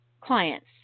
clients